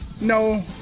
No